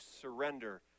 surrender